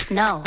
no